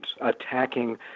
attacking